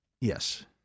Yes